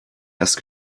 erst